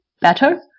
better